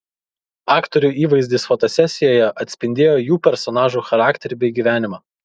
aktorių įvaizdis fotosesijoje atspindėjo jų personažų charakterį bei gyvenimą